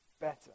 better